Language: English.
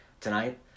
tonight